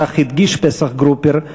כך הדגיש פסח גרופר,